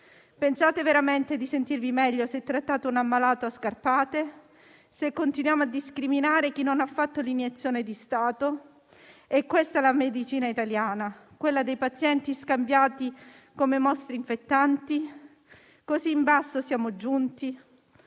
Pensate veramente di sentirvi meglio se trattate un ammalato a scarpate, se continuiamo a discriminare chi non ha fatto l'iniezione di Stato? È questa la medicina italiana, quella dei pazienti scambiati come mostri infettanti? Così in basso siamo giunti?